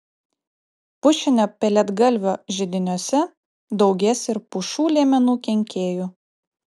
pušinio pelėdgalvio židiniuose daugės ir pušų liemenų kenkėjų